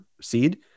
seed